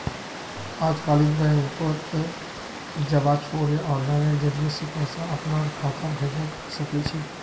अजकालित बैंकत जबा छोरे आनलाइनेर जरिय स पैसा अपनार खातात भेजवा सके छी